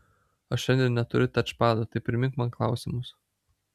aš šiandien neturiu tačpado tai primink man klausimus